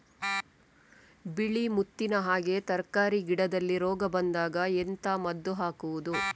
ಬಿಳಿ ಮುತ್ತಿನ ಹಾಗೆ ತರ್ಕಾರಿ ಗಿಡದಲ್ಲಿ ರೋಗ ಬಂದಾಗ ಎಂತ ಮದ್ದು ಹಾಕುವುದು?